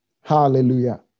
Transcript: hallelujah